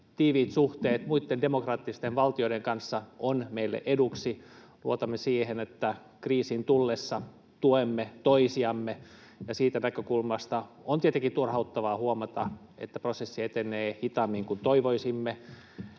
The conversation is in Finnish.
tiiviit suhteet muitten demokraattisten valtioiden kanssa, on meille eduksi. Luotamme siihen, että kriisin tullessa tuemme toisiamme, ja siitä näkökulmasta on tietenkin turhauttavaa huomata, että prosessi etenee hitaammin kuin toivoisimme